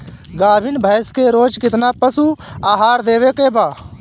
गाभीन भैंस के रोज कितना पशु आहार देवे के बा?